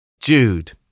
Jude